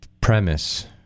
premise